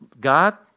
God